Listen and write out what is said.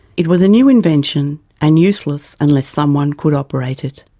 it was a new invention and useless unless someone could operate it.